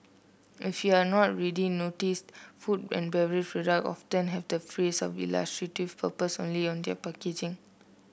if you're not already noticed food and beverage products often have the phrase of illustrative purposes only on their packaging